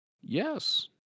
Yes